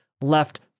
left